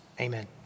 Amen